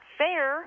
fair